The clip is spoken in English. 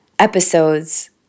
episodes